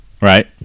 Right